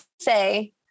say